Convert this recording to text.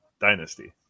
Dynasty